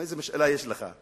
איזה משאלה יש לך?